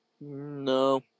no